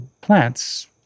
plants